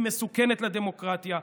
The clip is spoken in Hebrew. היא מסוכנת לדמוקרטיה,